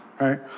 right